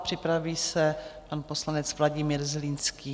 Připraví se pan poslanec Vladimír Zlínský.